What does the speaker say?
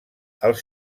els